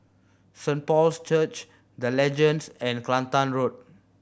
Saint Paul's Church The Legends and Kelantan Road